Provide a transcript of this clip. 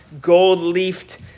gold-leafed